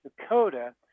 Dakota